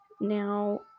Now